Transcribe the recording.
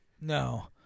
No